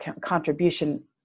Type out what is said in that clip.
contribution